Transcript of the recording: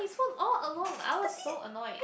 so all along I was so annoyed